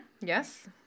Yes